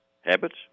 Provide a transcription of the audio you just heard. habits